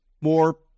more